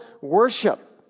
worship